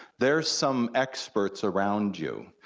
there's some experts around you,